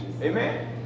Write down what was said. Amen